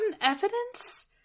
evidence